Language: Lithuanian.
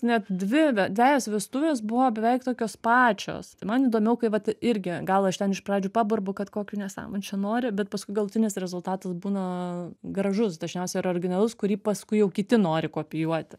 net dvi ve dvejos vestuves buvo beveik tokios pačios tai man įdomiau kai vat irgi gal aš ten iš pradžių paburbu kad kokių nesąmonių čia nori bet paskui galutinis rezultatas būna gražus dažniausia ir originalus kurį paskui jau kiti nori kopijuoti